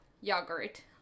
yogurt